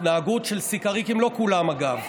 התנהגות של סיקריקים, לא כולם, אגב.